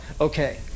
okay